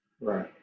Right